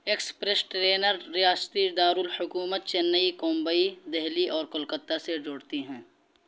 express ٹرینر ریاستی دارالحکومت چنئی کومبئی دہلی اور کولکتہ سے جوڑتی ہیں